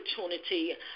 opportunity